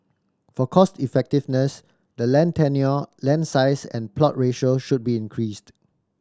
for cost effectiveness the land tenure land size and plot ratio should be increased